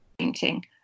painting